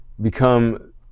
become